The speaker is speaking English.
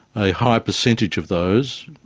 a high percentage of those,